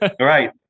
Right